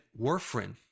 warfarin